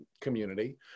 community